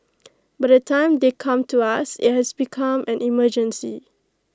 by the time they come to us IT has become an emergency